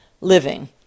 living